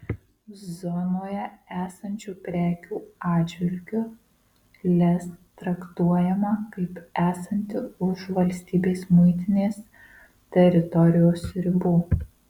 zonoje esančių prekių atžvilgiu lez traktuojama kaip esanti už valstybės muitinės teritorijos ribų